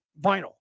vinyl